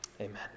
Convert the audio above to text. amen